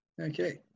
Okay